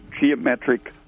geometric